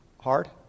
hard